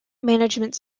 management